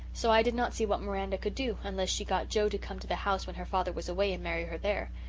so i did not see what miranda could do unless she got joe to come to the house when her father was away and marry her there.